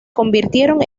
convirtieron